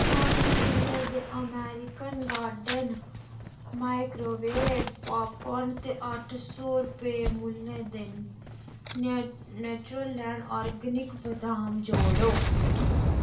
चार सौ मुल्लै दे अमेरिकन गार्डन माइक्रोवेव पॉपकॉर्न ते अट्ठ सौ रपेऽ मुल्लै दे न नेचुरलैंड ऑर्गेनिक्स बदाम जोड़ो